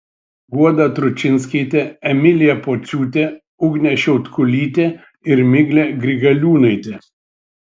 guoda tručinskaitė emilija pociūtė ugnė šiautkulytė ir miglė grigaliūnaitė